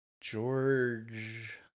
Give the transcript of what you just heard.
George